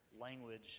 language